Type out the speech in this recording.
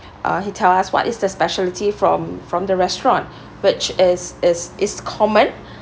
uh he tell us what is the speciality from from the restaurant which is is is common